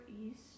east